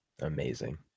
amazing